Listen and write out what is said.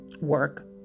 work